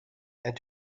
and